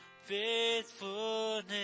faithfulness